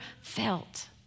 felt